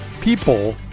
people